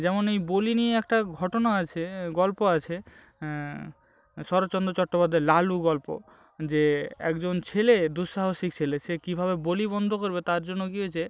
যেমন এই বলি নিয়ে একটা ঘটনা আছে এ গল্প আছে শরৎচন্দ্র চট্টোপাধ্যায়ের লালু গল্প যে একজন ছেলে দুঃসাহসী ছেলে সে কীভাবে বলি বন্ধ করবে তার জন্য কী হয়েছে